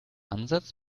ansatz